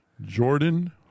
Jordan